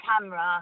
camera